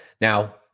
Now